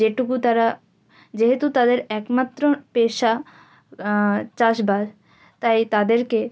যেটুকু তারা যেহেতু তাদের একমাত্র পেশা চাষ বাস তাই তাদেরকে